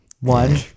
one